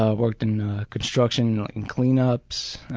ah worked in construction or in cleanups.